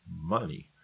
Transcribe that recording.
money